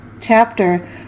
chapter